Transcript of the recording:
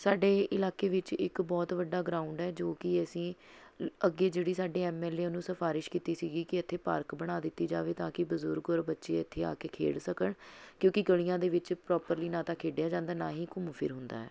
ਸਾਡੇ ਇਲਾਕੇ ਵਿੱਚ ਇੱਕ ਬਹੁਤ ਵੱਡਾ ਗਰਾਊਂਡ ਹੈ ਜੋ ਕਿ ਅਸੀਂ ਅੱਗੇ ਜਿਹੜੀ ਸਾਡੀ ਐੱਮ ਐੱਲ ਏ ਉਹਨੂੰ ਸਿਫਾਰਿਸ਼ ਕੀਤੀ ਸੀਗੀ ਕਿ ਇੱਥੇ ਪਾਰਕ ਬਣਾ ਦਿੱਤੀ ਜਾਵੇ ਤਾਂ ਕਿ ਬਜ਼ੁਰਗ ਔਰ ਬੱਚੇ ਇੱਥੇ ਆ ਕੇ ਖੇਡ ਸਕਣ ਕਿਉਂਕਿ ਗਲ਼ੀਆਂ ਦੇ ਵਿੱਚ ਪ੍ਰੋਪਰਲੀ ਨਾ ਤਾਂ ਖੇਡਿਆ ਜਾਂਦਾ ਨਾ ਹੀ ਘੁੰਮ ਫਿਰ ਹੁੰਦਾ ਹੈ